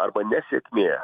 arba nesėkmė